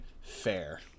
fair